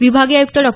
विभागीय आय्क्त डॉ